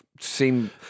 seem